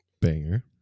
Banger